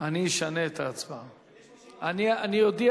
להפוך את הצעת חוק הסדרת שעות